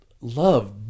love